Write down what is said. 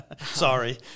Sorry